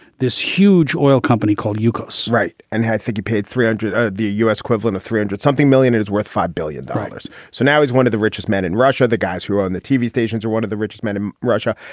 this huge oil company called yukos. right and i think he paid three hundred. ah the u s. equivalent of three hundred something million is worth five billion dollars. so now he's one of the richest men in russia. the guys who own the tv stations are one of the richest men in russia.